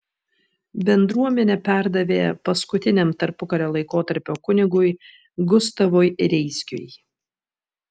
bendruomenę perdavė paskutiniam tarpukario laikotarpio kunigui gustavui reisgiui